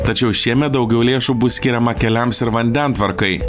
tačiau šiemet daugiau lėšų bus skiriama keliams ir vandentvarkai